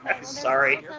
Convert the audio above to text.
Sorry